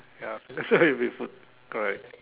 ya that's why it will be food correct